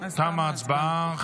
תמה ההצבעה.